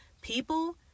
people